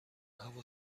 هوا